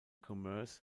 commerce